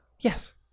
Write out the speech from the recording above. Yes